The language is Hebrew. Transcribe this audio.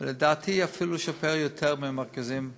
לדעתי, להשתפר אפילו יותר מהמרכזים במרכז.